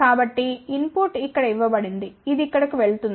కాబట్టి input ఇక్కడ ఇవ్వబడింది ఇది ఇక్కడకు వెళుతుంది